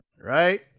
right